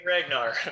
Ragnar